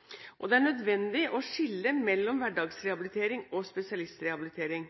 primærhelsetjenesten. Det er nødvendig å skille mellom hverdagsrehabilitering og spesialistrehabilitering.